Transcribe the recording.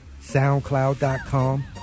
soundcloud.com